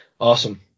Awesome